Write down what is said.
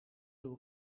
doe